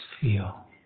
feel